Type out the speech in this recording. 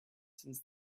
since